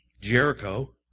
Jericho